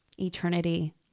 eternity